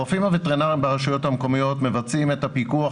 הרופאים הווטרינריים ברשויות המקומיות מבצעים את הפיקוח